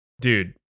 Dude